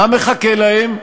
מה מחכה להם?